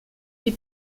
die